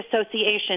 Association